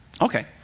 okay